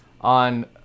on